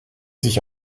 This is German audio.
sich